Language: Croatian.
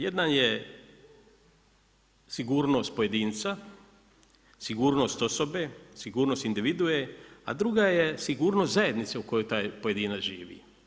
Jedan je sigurnost pojedinca, sigurnost osobe, sigurnost individue, a druga je sigurnost zajednice u kojoj taj pojedinac živi.